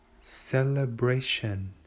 celebration